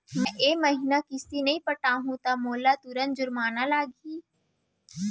मैं ए महीना किस्ती नई पटा पाहू त का मोला तुरंत जुर्माना लागही?